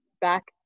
back